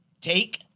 Take